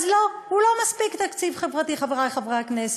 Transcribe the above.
אז לא, הוא לא מספיק חברתי, חברי חברי הכנסת.